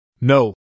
No